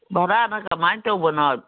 ꯚꯔꯥꯅ ꯀꯃꯥꯏ ꯇꯧꯕꯅꯣ